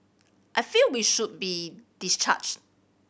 I feel we should be discharged